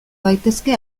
daitezke